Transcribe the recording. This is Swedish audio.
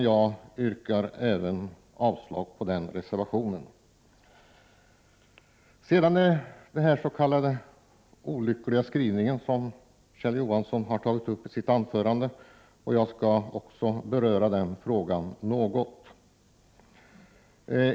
Jag yrkar avslag även på reservation nr 3. Kjell Johansson tog upp den s.k. olyckliga skrivningen i sitt anförande. Jag skall också beröra den frågan något.